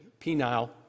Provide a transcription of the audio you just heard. penile